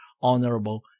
Honorable